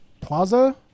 Plaza